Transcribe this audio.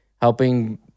helping